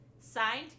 Signed